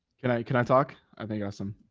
can i, can i talk? i think awesome.